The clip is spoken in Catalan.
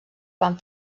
van